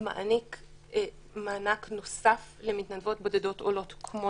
מעניק מענק נוסף למתנדבות בודדות עולות כמו